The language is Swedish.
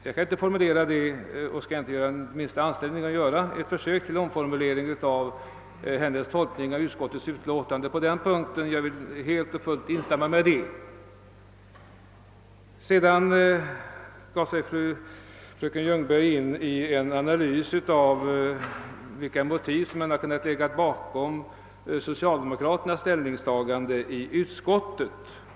Jag kan inte formulera det bättre och skall inte heller göra minsta ansträngning att omformulera hennes tolkning av utskottets utlåtande på den punkten; jag vill helt och fullt instämma i den. Sedan gav sig fröken Ljungberg in på en analys av vilka motiv som kan ha legat bakom socialdemokraternas ställningstagande i utskottet.